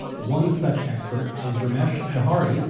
one such expert is ramesh johari,